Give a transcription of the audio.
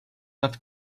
not